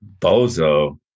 Bozo